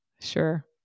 Sure